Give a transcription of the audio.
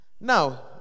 now